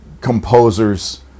composers